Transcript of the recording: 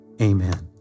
amen